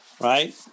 right